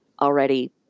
already